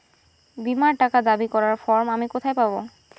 বীমার টাকা দাবি করার ফর্ম আমি কোথায় পাব?